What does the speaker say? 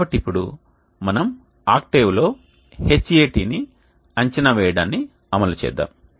కాబట్టి ఇప్పుడు మనం ఆక్టేవ్ లో Hat ని అంచనా వేయడాన్ని అమలు చేద్దాం